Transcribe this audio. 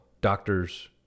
doctors